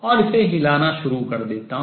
और इसे हिलाना shake करना शुरू कर देता हूँ